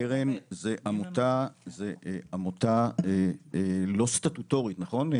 הקרן זה עמותה לא סטטוטורית, נכון?